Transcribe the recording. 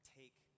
take